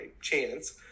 chance